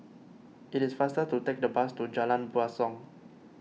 it is faster to take the bus to Jalan Basong